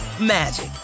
magic